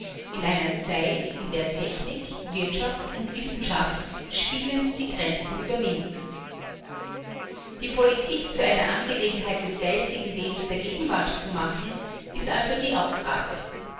in einer zeit in der technik wirtschaft und wissenschaft spielend die grenzen überwinden die politik zu einer angelegenheit des geistigen lebens der gegenwart zu machen ist also die aufgabe